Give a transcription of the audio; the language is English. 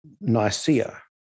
Nicaea